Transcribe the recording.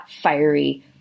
fiery